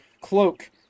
cloak